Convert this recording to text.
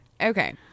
Okay